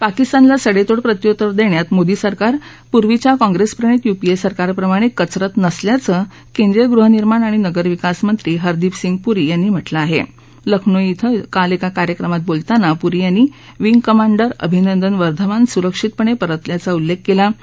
पाकिस्तानला सड्यींड प्रत्युतर दघ्खात मोदी सरकार पूर्वीच्या काँग्रस्प्रिणित यूपीए सरकारप्रमाण केचरत नसल्याचं केंद्रीय गृहनिर्माण आणि नगरविकास मंत्री हरदीप सिंग पुरी यांनी म्हटलं आहा क्रिखनौ क्रि काल एका कार्यक्रमात बोलताना पुरी यांनी विंग कमांडर अभिनंदन वर्धमान सुरक्षितपण पिरतल्याचा उल्लेखि कलि